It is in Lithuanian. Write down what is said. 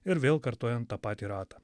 ir vėl kartojant tą patį ratą